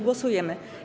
Głosujemy.